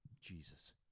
Jesus